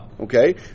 Okay